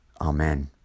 Amen